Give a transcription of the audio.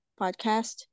podcast